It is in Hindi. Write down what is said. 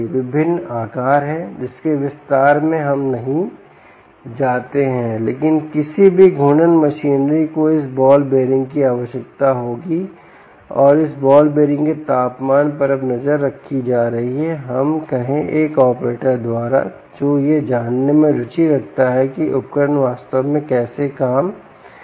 विभिन्न आकार हैं जिसके विस्तार में हम नहीं जाते हैं लेकिन किसी भी घूर्णन मशीनरी को इस बॉल बीयररिंग की आवश्यकता होगी और इस बॉल बीयररिंग के तापमान पर अब नजर रखी जा रही है हम कहें एक ऑपरेटर द्वारा जो यह जानने में रुचि रखता है कि उपकरण वास्तव में कैसे काम कर रहा है